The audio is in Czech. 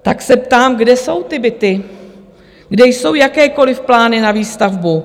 Tak se ptám, kde jsou ty byty, kde jsou jakékoliv plány na výstavbu.